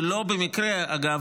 ולא במקרה אגב,